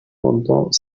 pendant